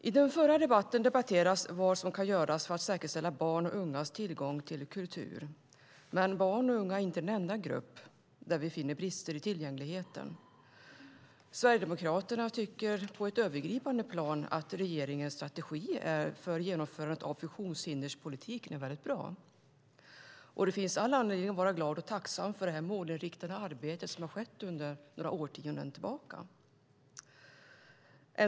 I den förra debatten debatterades vad som kan göras för att säkerställa barns och ungas tillgång till kultur. Barn och unga är dock inte den enda grupp där vi finner brister i tillgängligheten. Sverigedemokraterna tycker på ett övergripande plan att regeringens strategi för genomförandet av funktionshinderspolitiken är väldigt bra, och det finns all anledning att vara glad och tacksam över det målinriktade arbete som sker sedan några årtionden tillbaka.